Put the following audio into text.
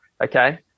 Okay